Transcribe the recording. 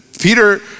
Peter